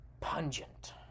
pungent